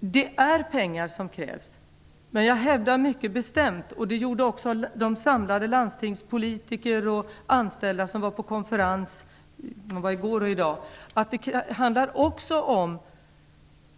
Det är pengar som krävs. Men jag hävdar mycket bestämt - det gjorde också de samlade landstingspolitiker och andra anställda som var på konferens i går och i dag - att det också handlar om